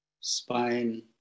spine